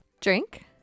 drink